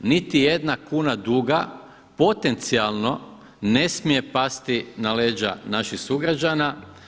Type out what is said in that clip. Niti jedna kuna duga, potencijalno ne smije pasti na leđa naših sugrađana.